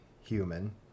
human